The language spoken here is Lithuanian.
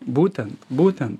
būtent būtent